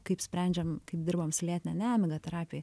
kaip sprendžiam kaip dirbam su lėtine nemiga terapijoj